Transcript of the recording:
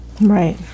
Right